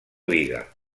liga